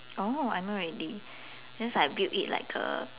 oh I know already just like built it like a